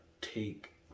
take